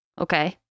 Okay